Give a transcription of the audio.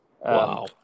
Wow